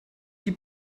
die